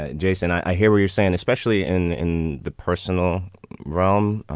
ah and jason, i hear what you're saying, especially in in the personal realm,